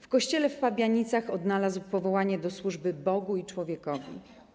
W kościele w Pabianicach odnalazł powołanie do służby Bogu i człowiekowi.